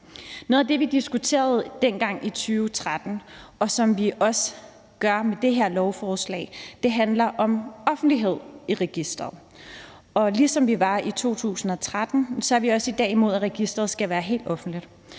Noget af det, vi diskuterede dengang i 2013, og som vi også gør med det her lovforslag, handler om offentlighed i registeret. Ligesom det var tilfældet i 2013, er vi også i dag imod, at registeret skal være helt offentligt.